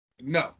No